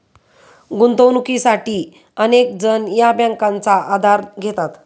गुंतवणुकीसाठी अनेक जण या बँकांचा आधार घेतात